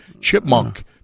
chipmunk